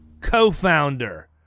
co-founder